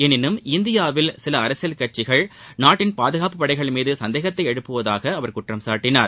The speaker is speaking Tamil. எனினும் இந்தியாவில் சில அரசியல் கட்சிகள் நாட்டின் பாதுகாப்புப்படைகள் மீது சந்தேகத்தை எழுப்புவதாக குற்றம் சாட்டினார்